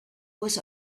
was